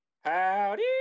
howdy